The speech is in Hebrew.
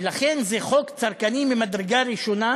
ולכן זה חוק צרכני ממדרגה ראשונה,